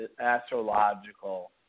astrological